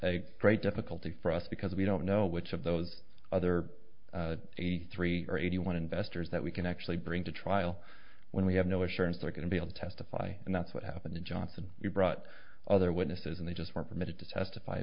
a great difficulty for us because we don't know which of those other eighty three or eighty one investors that we can actually bring to trial when we have no assurance they're going to be able to testify and that's what happened in johnson you brought other witnesses and they just weren't permitted to testify